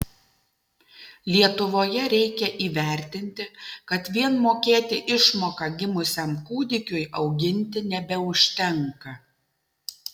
lietuvoje reikia įvertinti kad vien mokėti išmoką gimusiam kūdikiui auginti nebeužtenka